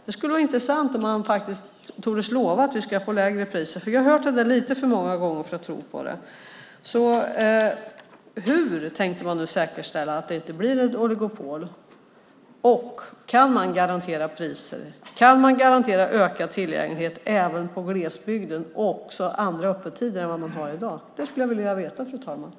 Det skulle vara intressant om man tordes lova att vi ska få lägre priser, för jag har hört det där lite för många gånger för att tro på det. Hur tänker man säkerställa att det inte blir något oligopol? Kan man garantera priser? Kan man garantera ökad tillgänglighet även i glesbygden och andra öppettider än vad man har i dag? Det skulle jag vilja veta, fru talman.